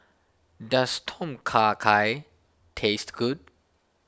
does Tom Kha Gai taste good